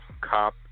cop